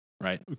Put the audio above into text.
right